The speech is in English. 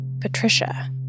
Patricia